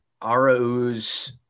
Arauz